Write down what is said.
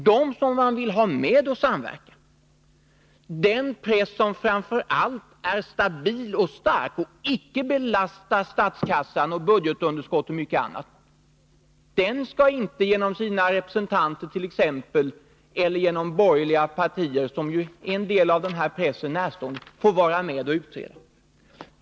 Den press man vill ha medi samverkan, den press som framför allt är stabil och stark och icke belastar statskassan och budgetunderskottet och mycket annat, skall inte genom sina representanter eller genom borgerliga partier, som ju står en del av den här pressen nära, få vara med och utreda.